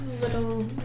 little